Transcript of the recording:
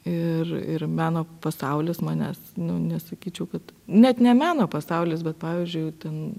ir ir meno pasaulis manęs nu nesakyčiau kad net ne meno pasaulis bet pavyzdžiui ten